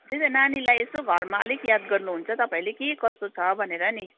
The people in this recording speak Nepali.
त्यही त नानीलाई यसो घरमा अलिक याद गर्नुहुन्छ तपाईँहरूले के कस्तो छ भनेर नि